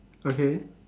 okay